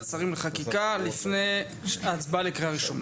שרים לחקיקה לפני ההצבעה לקריאה ראשונה,